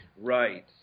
Right